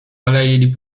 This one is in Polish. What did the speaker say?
alei